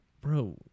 bro